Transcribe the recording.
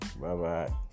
Bye-bye